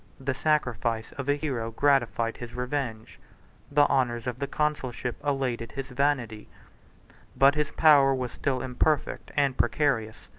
the sacrifice of a hero gratified his revenge the honors of the consulship elated his vanity but his power was still imperfect and precarious,